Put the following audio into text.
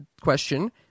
question